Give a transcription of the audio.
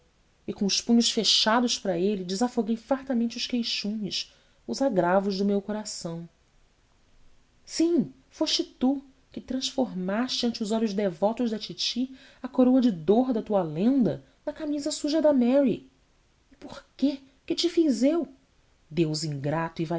com os punhos fechados para ele desafoguei fartamente os queixumes os agravos do meu coração sim foste tu que transformaste ante os olhos devotos da titi a coroa de dor da tua lenda na camisa suja da mary e por quê que te fiz eu deus ingrato e